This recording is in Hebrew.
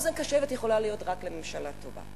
אוזן קשבת יכולה להיות רק לממשלה טובה,